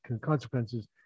consequences